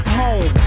home